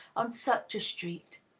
on such a street,